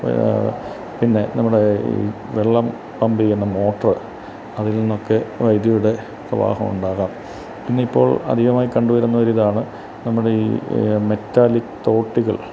പിന്നെ നമ്മുടെ ഈ വെള്ളം പമ്പ് ചെയ്യുന്ന മോട്ടർ അതിൽ നിന്നൊക്കെ വൈദ്യുതിയുടെ പ്രവാഹം ഉണ്ടാകാം പിന്നെ ഇപ്പോൾ അധികമായി കണ്ടുവരുന്ന ഒരു ഇതാണ് നമ്മുടെ ഈ മെറ്റാലിക് തോട്ടികൾ